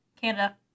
Canada